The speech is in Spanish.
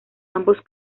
ambos